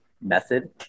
method